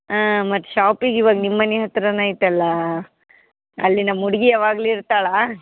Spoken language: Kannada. ಹಾಂ ಮತ್ತು ಶಾಪಿಗೆ ಇವಾಗ ನಿಮ್ಮ ಮನೆ ಹತ್ರವೇ ಐತಲ್ಲ ಅಲ್ಲಿ ನಮ್ಮ ಹುಡ್ಗಿ ಯಾವಾಗಲೂ ಇರ್ತಾಳೆ